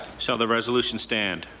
so the resolution stand?